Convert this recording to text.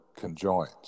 conjoins